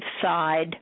side